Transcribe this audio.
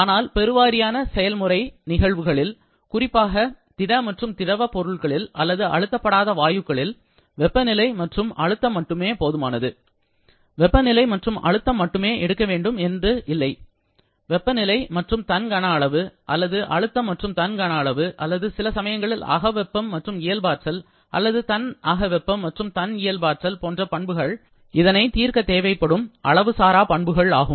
ஆனால் பெருவாரியான செயல்முறை நிகழ்வுகளில் குறிப்பாக திட மற்றும் திரவ பொருட்களில் அல்லது அழுத்தபடாத வாயுக்களில் வெப்பநிலை மற்றும் அழுத்தம் மட்டுமே போதுமானது வெப்பநிலை மற்றும் அழுத்தம் மட்டுமே எடுக்க வேண்டும் என்பது இல்லை வெப்பநிலை மற்றும் தன் கன அளவு அல்லது அழுத்தம் மற்றும் தன் கன அளவு அல்லது சில சமயங்களில் அக வெப்பம் மற்றும் இயல்பாற்றல் அல்லது தன் அக வெப்பம் மற்றும் தன் இயல்பாற்றல் போன்ற பண்புகள் இதனை தீர்க்க தேவைப்படும் அளவு சாரா பண்புகள் ஆகும்